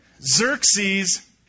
Xerxes